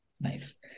Nice